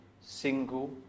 single